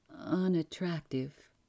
unattractive